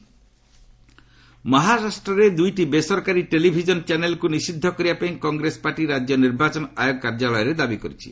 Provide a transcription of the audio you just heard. Congress TV channels ମହାରାଷ୍ଟ୍ରରେ ଦୁଇଟି ବେସରକାରୀ ଟେଲିଭିଜନ ଚ୍ୟାନେଲ୍କୁ ନିଷିଦ୍ଧ କରିବା ପାଇଁ କଂଗ୍ରେସ ପାର୍ଟି ରାଜ୍ୟ ନିର୍ବାଚନ ଆୟୋଗ କାର୍ଯ୍ୟାଳୟରେ ଦାବି କରିଛି